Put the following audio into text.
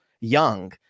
young